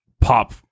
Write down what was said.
pop